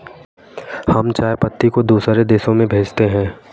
हम चाय पत्ती को दूसरे देशों में भेजते हैं